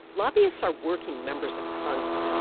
lobbyists are working members of congress,